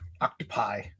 octopi